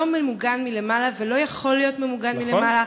ממוגן מלמעלה ולא יכול להיות ממוגן מלמעלה,